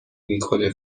میکنه